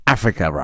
Africa